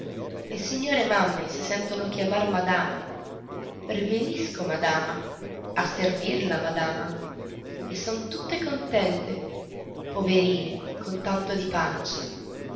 le signore mamme si sentono chiamar madame riverisco madama a servirla madama e sono tutte contente poverine con tanto di pancia